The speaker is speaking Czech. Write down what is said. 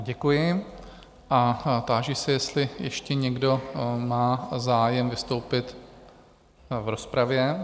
Děkuji a táži se, jestli ještě někdo má zájem vystoupit v rozpravě?